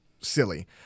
silly